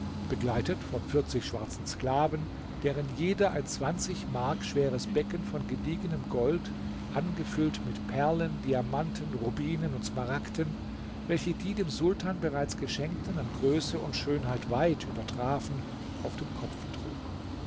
begleitet von vierzig schwarzen sklaven deren jeder ein zwanzig mark schweres becken von gediegenem gold angefüllt mit perlen diamanten rubinen und smaragden welche die dem sultan bereits geschenkten an größe und schönheit weit übertrafen auf dem kopfe trug